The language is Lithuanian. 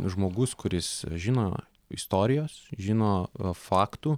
žmogus kuris žino istorijos žino faktų